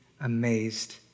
amazed